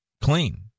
clean